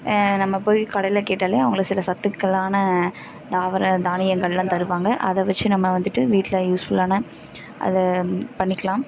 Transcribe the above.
நம்ம போய் கடையில் கேட்டால் அவங்க சில சத்துக்களான தாவர தானியங்கள்லாம் தருவாங்க அதை வச்சி நம்ம வந்துட்டு வீட்டில் யூஸ்ஃபுல்லான அதை பண்ணிக்கலாம்